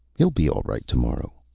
he'll be all right tomorrow.